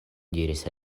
diris